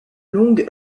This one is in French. longue